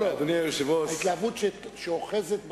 ההתלהבות שאוחזת בשומעים,